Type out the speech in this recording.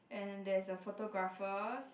and there's some photographers